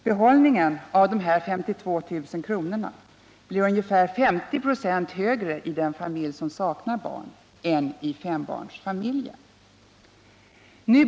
Behållningen av de 52 000 kronorna blir ungefär 50 26 högre i den familj som saknar barn än i fembarnsfamiljen.